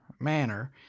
manner